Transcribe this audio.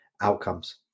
outcomes